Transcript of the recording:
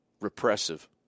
repressive